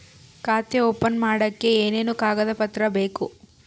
ಖಾತೆ ಓಪನ್ ಮಾಡಕ್ಕೆ ಏನೇನು ಕಾಗದ ಪತ್ರ ಬೇಕು?